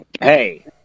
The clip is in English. Hey